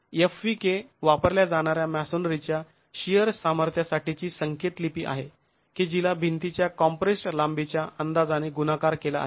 fvk वापरल्या जाणाऱ्या मॅसोनरीच्या शिअर सामर्थ्यासाठीची संकेत लिपी आहे की जिला भिंतीच्या कॉम्प्रेस्ड् लांबीच्या अंदाजाने गुणाकार केला आहे